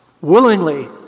willingly